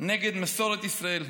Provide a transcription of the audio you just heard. נגד מסורת ישראל,